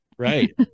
Right